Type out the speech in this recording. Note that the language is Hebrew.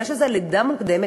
בגלל שזו לידה מוקדמת,